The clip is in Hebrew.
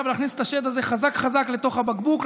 להכניס את השד הזה חזק חזק לתוך הבקבוק,